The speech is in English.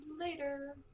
Later